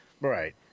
Right